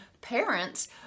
parents